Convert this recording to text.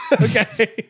Okay